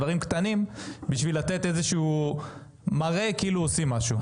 דברים קטנים בשביל לתת איזשהו מראה כאילו עושים משהו.